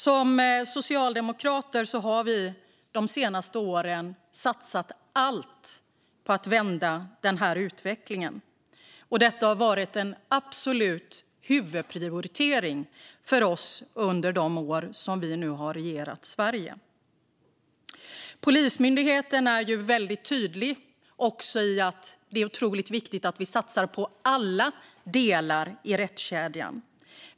Som socialdemokrater har vi de senaste åren satsat allt på att vända denna utveckling. Det har varit en absolut huvudprioritering för oss under de år som vi nu har regerat Sverige. Polismyndigheten är väldigt tydlig med att det är otroligt viktigt att vi satsar på alla delar i rättskedjan.